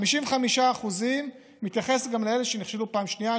ה-55% מתייחסים גם לאלה שנכשלו פעם שנייה,